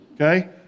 Okay